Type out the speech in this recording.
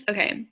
Okay